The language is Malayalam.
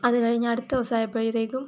അതുകഴിഞ്ഞ് അടുത്തദിവസം ആയപ്പഴത്തേക്കും